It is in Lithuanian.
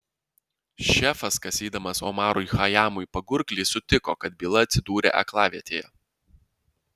šefas kasydamas omarui chajamui pagurklį sutiko kad byla atsidūrė aklavietėje